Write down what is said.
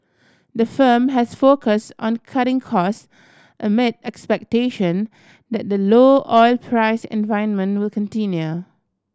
the firm has focus on cutting cost amid expectation that the low oil price environment will continue